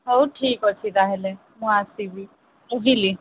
ହଉ ଠିକ୍ ଅଛି ତାହେଲେ ମୁଁ ଆସିବି ରହିଲି